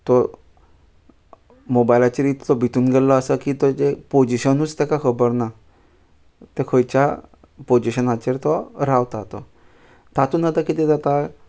तो मोबायलाचेर इतलो भितून गेल्लो आसा की ताजें पोजिशनूच ताका खबर ना ते खंयच्या पोजिशनाचेर तो रावता तो तातून आतां किदें जाता